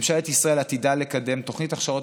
ממשלת ישראל עתידה לקדם תוכנית הכשרות